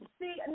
See